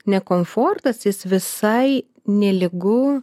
ne komfortas jis visai nelygu